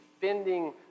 defending